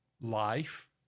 life